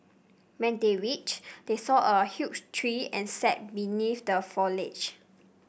when they reached they saw a huge tree and sat beneath the foliage